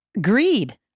greed